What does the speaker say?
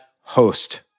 host